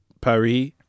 Paris